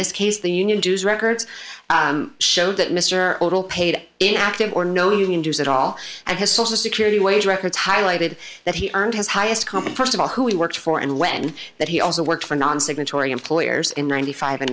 this case the union dues records show that mr o'toole paid in active or no union dues at all and his social security wage records highlighted that he earned his highest coming st of all who he works for and when that he also worked for non signatory employers in ninety five